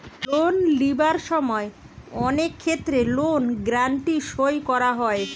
loan লিবার সময় অনেক ক্ষেত্রে লোন গ্যারান্টি সই করা হয়